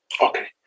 Okay